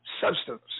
substance